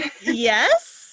Yes